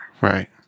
Right